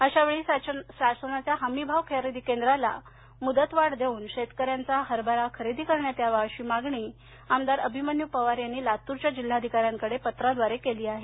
अशावेळी शासनाच्या हमीभाव खरेदी केंद्राला मुदतवाढ देवून शेतकऱ्यांचा हरभरा खरेदी करण्यात यावा अशी मागणी औशाचे आमदार अभिमन्यू पवार यांनी लातूरच्या जिल्हाधिकाऱ्यांकडे पत्राद्वारे केली आहे